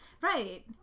Right